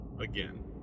again